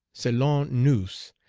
selon nous,